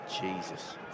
Jesus